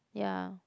ya